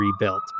rebuilt